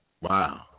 Wow